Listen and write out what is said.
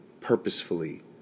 purposefully